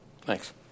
Thanks